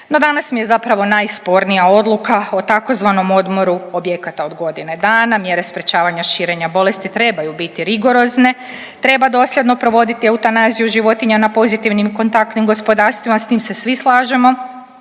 No, danas mi je zapravo najspornija odluka o tzv. odmoru objekata od godine dana. Mjere sprječavanja širenja bolesti trebaju biti rigorozne, treba dosljedno provoditi eutanaziju životinja na pozitivnim i kontaktnim gospodarstvima s se svi slažemo,